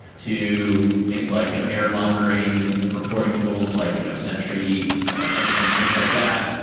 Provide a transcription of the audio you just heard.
to things like you know error monitoring, reporting tools like you know sentry and and things like that,